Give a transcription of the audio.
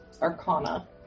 Arcana